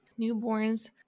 newborns